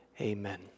amen